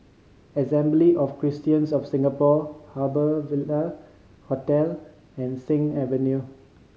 Assembly of Christians of Singapore Harbour Ville Hotel and Sing Avenue